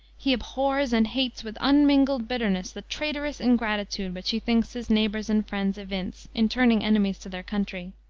he abhors and hates with unmingled bitterness the traitorous ingratitude which he thinks his neighbors and friends evince in turning enemies to their country.